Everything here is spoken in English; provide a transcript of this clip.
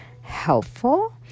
helpful